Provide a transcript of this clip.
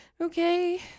okay